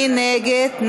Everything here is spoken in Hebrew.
מי נגד?